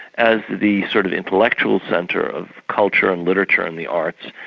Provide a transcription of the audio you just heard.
as the sort of intellectual centre of culture and literature and the arts,